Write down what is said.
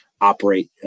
operate